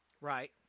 Right